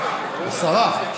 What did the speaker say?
יש לנו עשרה.